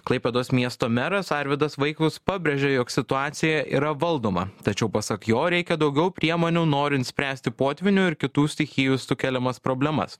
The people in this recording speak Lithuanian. klaipėdos miesto meras arvydas vaikus pabrėžia jog situacija yra valdoma tačiau pasak jo reikia daugiau priemonių norint spręsti potvynių ir kitų stichijų sukeliamas problemas